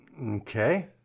Okay